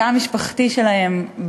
בתא המשפחתי שלהם,